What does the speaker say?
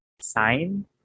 sign